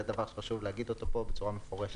זה דבר שחשוב להגיד אותו בצורה מפורשת.